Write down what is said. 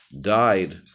died